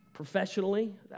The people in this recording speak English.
professionally